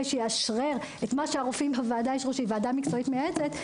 שיאשרר את מה שהרופאים בוועדה אישרו שהיא ועדה מקצועית מייעצת,